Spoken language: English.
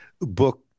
book